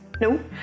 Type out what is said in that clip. No